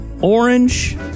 orange